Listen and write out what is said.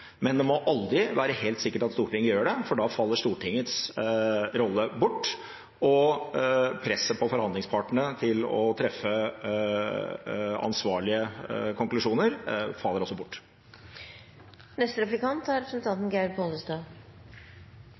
men det må aldri være helt sikkert at Stortinget gjør det, for da faller Stortingets rolle bort, og presset på forhandlingspartene til å treffe ansvarlige konklusjoner faller også bort. Eg har eigentleg eit kort og greitt spørsmål. Er